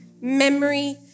memory